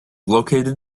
located